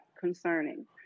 concerning